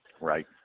Right